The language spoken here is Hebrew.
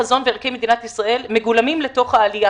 חזון וערכי מדינת ישראל מגולמים לתוך העלייה